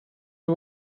who